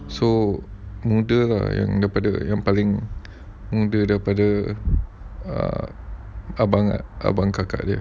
so muda lah yang kata yang paling muda daripada err abang ah abang kakak dia